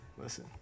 listen